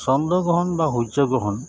চন্দ্ৰগ্ৰহণ বা সূৰ্যগ্ৰহণ